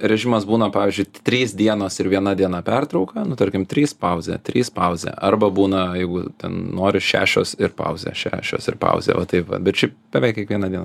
režimas būna pavyzdžiui trys dienos ir viena diena pertrauka nu tarkim trys pauzė trys pauzė arba būna jeigu ten nori šešios ir pauzė šešios ir pauzė va taip va bet šiaip beveik kiekvieną dieną